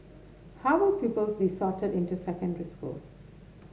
how will pupils be sorted into secondary schools